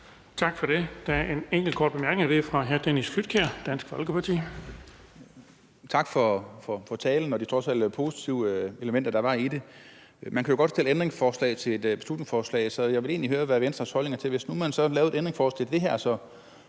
Tak for det. Der er en enkelt kort bemærkning, og den er fra hr. Dennis Flydtkjær, Dansk Folkeparti.